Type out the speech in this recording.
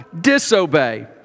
disobey